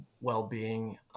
well-being